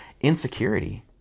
insecurity